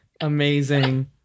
amazing